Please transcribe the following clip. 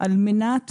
על מנת